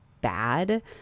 bad